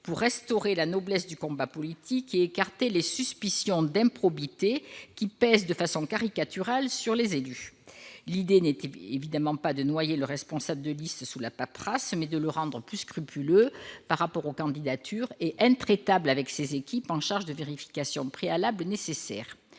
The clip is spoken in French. pour restaurer la noblesse du combat politique et écarter les suspicions d'improbité qui pèsent de façon caricaturale sur les élus. L'idée n'est évidemment pas de noyer le responsable de liste sous la paperasse, mais de le rendre plus scrupuleux par rapport aux candidatures, et intraitable avec ses équipes en charge des vérifications préalables nécessaires.